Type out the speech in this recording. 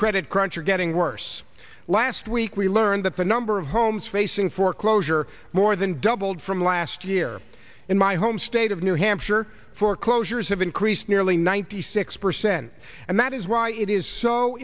credit crunch are getting worse last week we learned that the number of homes facing foreclosure more than doubled from a last year in my home state of new hampshire foreclosures have increased nearly ninety six percent and that is why it is so